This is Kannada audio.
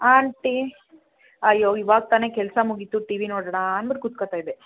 ಹಾಂ ಆಂಟಿ ಅಯ್ಯೋ ಇವಾಗ ತಾನೇ ಕೆಲಸ ಮುಗಿಯಿತು ಟಿವಿ ನೋಡೋಣ ಅಂದ್ಬಿಟ್ ಕೂತ್ಕೋತಾ ಇದ್ದೆ